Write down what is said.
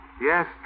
Yes